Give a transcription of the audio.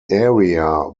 area